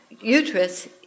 uterus